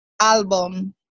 album